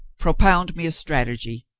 propound me a strategy.